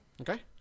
Okay